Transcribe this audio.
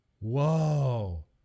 Whoa